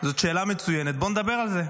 זאת שאלה מצוינת, בואו נדבר על זה.